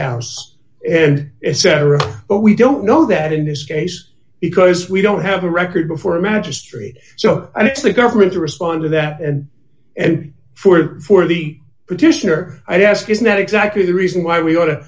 house and cetera but we don't know that in this case because we don't have a record before a magistrate so i think the government to respond to that and and for the petitioner i ask is not exactly the reason why we ought